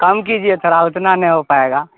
کم کیجیے تھوڑا اتنا نہیں ہو پائے گا